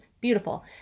beautiful